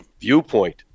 viewpoint